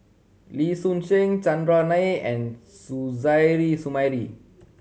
Lee Soon Seng Chandran Nair and Suzairhe Sumari